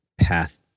path